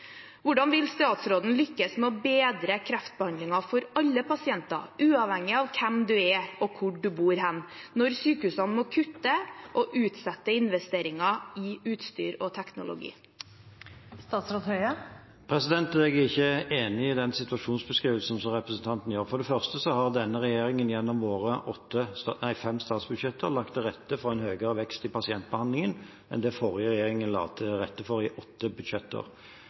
Hvordan vil statsråden lykkes med å bedre kreftbehandlingen for alle pasienter uavhengig av hvem du er, og hvor du bor, når sykehusene må kutte og utsette investeringer i utstyr og teknologi? Jeg er ikke enig i den situasjonsbeskrivelsen som representanten gir. For det første har denne regjeringen gjennom våre fem statsbudsjetter lagt til rette for en høyere vekst i pasientbehandlingen enn det forrige regjering la til rette for i åtte budsjetter.